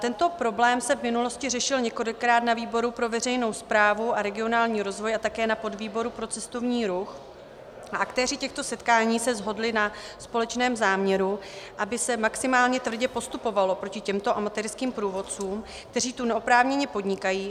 Tento problém se v minulosti řešil několikrát na výboru pro veřejnou správu a regionální rozvoj a také na podvýboru pro cestovní ruch a aktéři těch setkání se shodli na společném záměru, aby se maximálně tvrdě postupovalo proti těmto amatérským průvodcům, kteří tu neoprávněně podnikají.